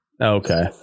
okay